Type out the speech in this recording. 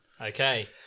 Okay